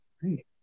great